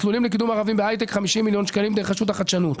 מסלולים לקידום ערבים בהייטק 50 מיליון שקלים דרך הרשות לחדשנות,